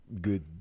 good